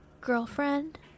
girlfriend